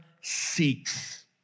seeks